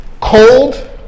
cold